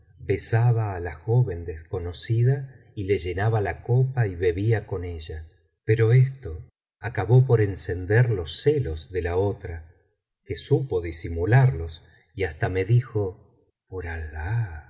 besaba á la joven desconocida y le llenaba la copa y bebía con ella pero esto acabó por encender los celos de la otra que supo disimularlos y hasta me dijo por alah